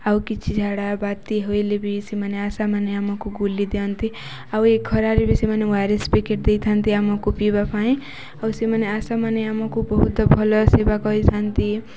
ଆଉ କିଛି ଝାଡ଼ା ବାନ୍ତି ହୋଇଲେ ବି ସେମାନେ ଆଶାମାନେ ଆମକୁ ଗୁଲି ଦିଅନ୍ତି ଆଉ ଏ ଖରାରେ ବି ସେମାନେ ଓ ଆର୍ ଏସ୍ ପ୍ୟାକେଟ୍ ଦେଇଥାନ୍ତି ଆମକୁ ପିଇବା ପାଇଁ ଆଉ ସେମାନେ ଆଶା ମାନେ ଆମକୁ ବହୁତ ଭଲ ସେବା କରିଥାନ୍ତି